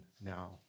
now